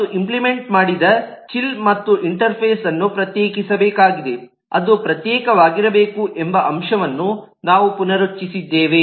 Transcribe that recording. ಮತ್ತು ಇಂಪ್ಲಿಮೆಂಟ್ ಮಾಡಿದ ಚಿಲ್ ಮತ್ತು ಇಂಟರ್ಫೇಸ್ಅನ್ನು ಪ್ರತ್ಯೇಕಿಸಬೇಕಾಗಿದೆ ಅದು ಪ್ರತ್ಯೇಕವಾಗಿರಬೇಕು ಎಂಬ ಅಂಶವನ್ನು ನಾವು ಪುನರುಚ್ಚರಿಸಿದ್ದೇವೆ